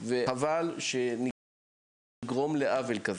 הכיסאות וחבל שנגרום לעוול כזה.